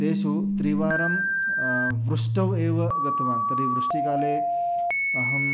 तेषु त्रिवारं वृष्टौ एव गतवान् तर्हि वृष्टिकाले अहं